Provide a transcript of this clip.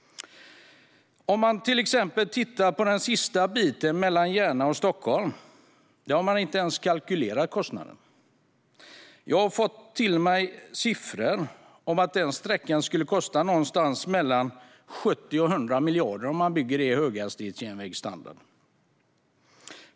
Om man till exempel tittar på den sista biten mellan Järna och Stockholm har kostnaden inte ens kalkylerats. Jag har fått ta del av siffror om att denna sträcka skulle kosta mellan 70 och 100 miljarder om man bygger den i höghastighetsjärnvägsstandard.